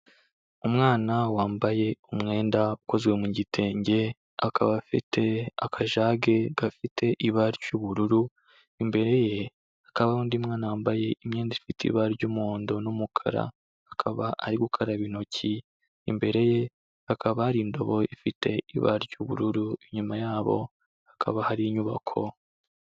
Umwana wambaye umwenda ukozwe mu gitenge, akaba afite akajage gafite ibara ry'ubururu, imbere ye hakabaho undi mwana wambaye imyenda ifite ibara ry'umuhondo n'umukara, akaba ari gukaraba intoki, imbere ye hakaba hari indobo ifite ibara ry'ubururu, inyuma y'abo hakaba hari inyubako.